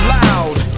loud